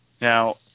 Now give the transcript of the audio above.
Now